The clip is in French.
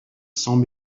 sang